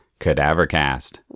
CadaverCast